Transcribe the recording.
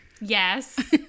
yes